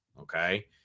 Okay